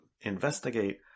investigate